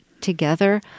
together